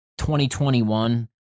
2021